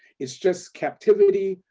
it's just captivity,